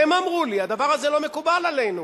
הם אמרו לי: הדבר הזה לא מקובל עלינו,